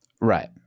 right